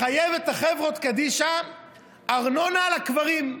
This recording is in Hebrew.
לחייב את חברות הקדישא בארנונות על הקברים.